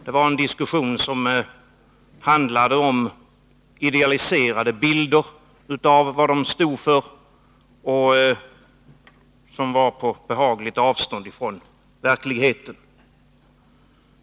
Det var en diskussion som handlade om idealiserade bilder av vad de stod för och som var på behagligt avstånd från verkligheten.